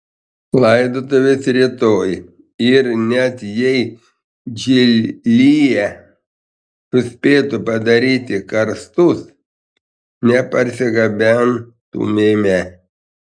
laidotuvės rytoj ir net jei džilyje suspėtų padaryti karstus neparsigabentumėme